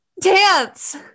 Dance